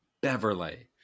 Beverly